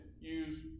use